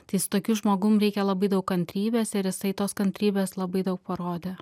tai su tokiu žmogum reikia labai daug kantrybės ir jisai tos kantrybės labai daug parodė